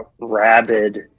rabid